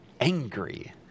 angry